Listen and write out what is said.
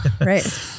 Right